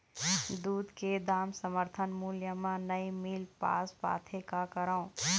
दूध के दाम समर्थन मूल्य म नई मील पास पाथे, का करों?